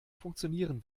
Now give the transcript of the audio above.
funktionieren